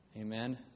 Amen